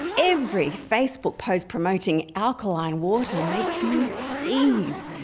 every facebook post promoting alkaline water makes me seethe.